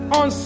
on